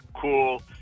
cool